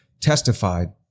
testified